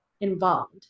involved